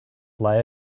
lie